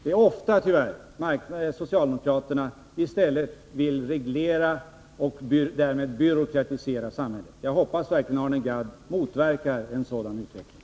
Det är tyvärr ofta som socialdemokraterna i stället vill reglera och därmed byråkratisera samhället. Jag hoppas verkligen att Arne Gadd försöker motverka en sådan utveckling.